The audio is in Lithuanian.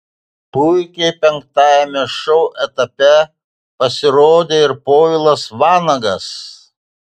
puikiai penktajame šou etape pasirodė ir povilas vanagas